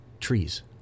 trees